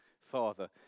Father